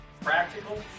practical